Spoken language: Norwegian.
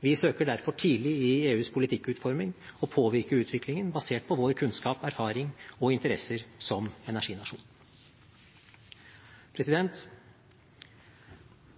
Vi søker derfor tidlig i EUs politikkutforming å påvirke utviklingen basert på vår kunnskap, erfaring og interesser som energinasjon.